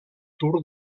tour